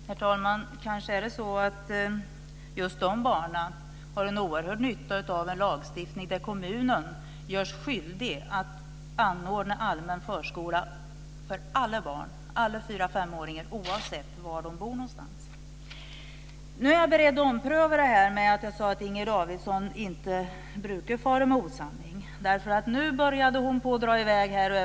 Herr talman! Det kanske är just de barnen som har en oerhörd nytta av en lagstiftning där kommunen görs skyldig att anordna allmän förskola för alla fyraoch femåringar oavsett var de bor. Nu är jag beredd att ompröva det jag sade om att Inger Davidson inte brukar fara med osanning, därför att hon började dra i väg.